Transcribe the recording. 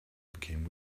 became